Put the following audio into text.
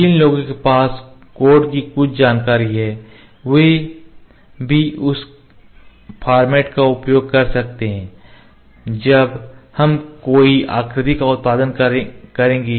जिन लोगों के पास कोड की कुछ जानकारी है वे भी उस फॉर्मेट का उपयोग कर सकते हैं जब हम कोई आकृति का उत्पादन करेंगे